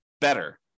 better